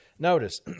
Notice